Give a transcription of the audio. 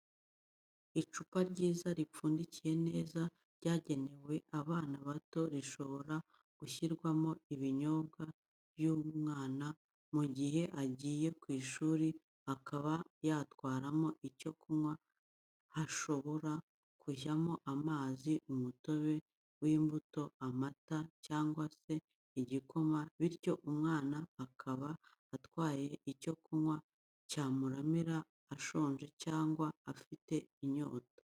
Icupa ryiza ripfundikiye neza ryagenewe abana bato rishobora gushyirwamo ibinyobwa by'umwana mu gihe agiye ku ishuri, akaba yatwaramo icyo kunywa hashobora kujyamo amazi umutobe w'imbuto, amata cyangwa se igikoma bityo umwana akaba atwaye icyo kunywa cyamuramira ashonje cyangwa afite inyota.